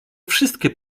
wszystkie